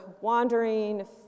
wandering